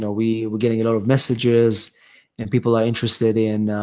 so we were getting a lot of messages and people are interested in